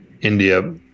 India